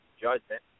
judgment